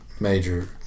Major